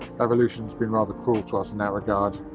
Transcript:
evolution's been rather cruel to us in that regard.